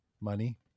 money